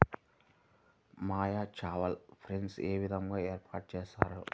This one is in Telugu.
మ్యూచువల్ ఫండ్స్ ఏ విధంగా ఏర్పాటు చేస్తారు?